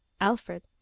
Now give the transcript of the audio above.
Alfred